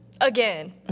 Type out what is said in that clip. Again